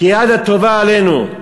כיד הטובה עלינו.